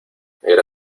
era